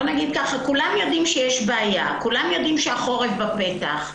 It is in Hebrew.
כולם יודעים שיש בעיה ושהחורף בפתח.